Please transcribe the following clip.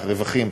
מהרווחים,